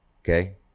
Okay